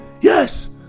Yes